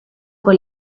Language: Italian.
con